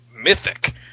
mythic